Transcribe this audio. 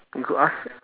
you could ask